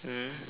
mm